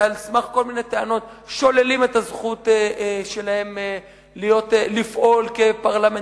ועל סמך כל מיני טענות שוללים את הזכות שלהם לפעול כפרלמנטרים.